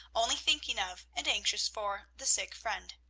only thinking of, and anxious for, the sick friend.